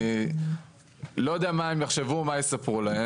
אני לא יודע מה הם יחשבו ומה מספרים עליהם,